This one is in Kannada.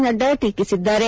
ನಡ್ಡಾ ಟೀಕಿಸಿದ್ದಾರೆ